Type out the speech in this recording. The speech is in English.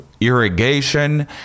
irrigation